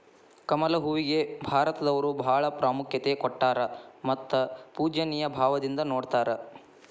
ಕಮಲ ಹೂವಿಗೆ ಭಾರತದವರು ಬಾಳ ಪ್ರಾಮುಖ್ಯತೆ ಕೊಟ್ಟಾರ ಮತ್ತ ಪೂಜ್ಯನಿಯ ಭಾವದಿಂದ ನೊಡತಾರ